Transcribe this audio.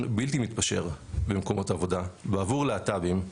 בלתי מתפשר במקומות עבודה בעבור להט"בים.